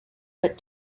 but